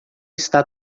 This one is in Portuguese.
está